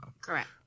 Correct